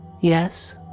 Yes